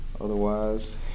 Otherwise